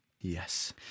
Yes